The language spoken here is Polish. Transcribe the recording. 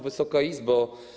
Wysoka Izbo!